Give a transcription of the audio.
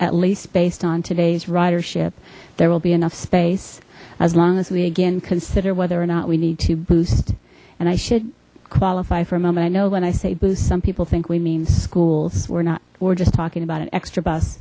at least based on today's ridership there will be enough space as long as we again consider whether or not we need to boost and i should qualify for a moment i know when i say boost some people think we mean schools we're not we're just talking about an extra bus